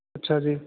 ਅੱਛਾ ਜੀ